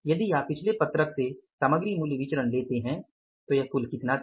यदि आप पिछले पत्रक से सामग्री मूल्य विचरण लेते हैं तो यह कुल कितना था